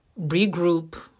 regroup